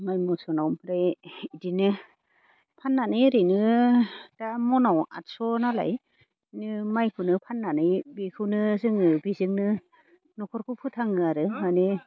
माइ मस'नाव ओमफ्राइ बिदिनो फान्नानै ओरैनो दा म'नाव आथस' नालाय बिदिनो माइखौनो फान्नानै बेखौनो जोङो बिजोंनो न'खरखौ फोथाङो आरो माने